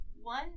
One